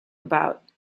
about